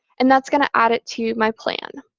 and that's going to add it to my plan.